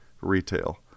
retail